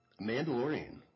Mandalorian